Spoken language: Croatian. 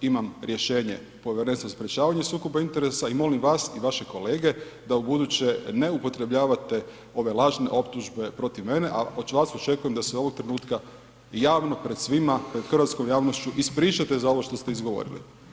Imam rješenje Povjerenstva za sprječavanje sukoba interesa i molim vas i vaše kolege da ubuduće ne upotrebljavate ove lažne optužbe protiv mene, a od vas očekujem da se ovoga trenutka javno pred svima pred hrvatskom javnošću ispričate za ovo što ste izgovorili.